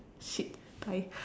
shit I